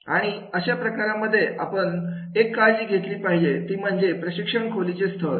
आणि अशा प्रकारांमध्ये आपण एक काळजी घेतली पाहिजे ती म्हणजे प्रशिक्षण खोलीचे स्थळ